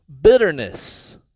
bitterness